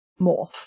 morph